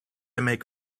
make